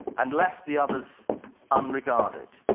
and left the others unregarded.